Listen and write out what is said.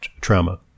trauma